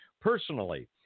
personally